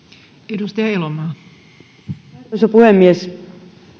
arvoisa puhemies